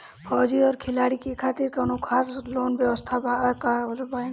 फौजी और खिलाड़ी के खातिर कौनो खास लोन व्यवस्था बा का बैंक में?